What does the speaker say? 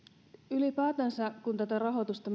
ylipäätänsä kun tätä rahoitusta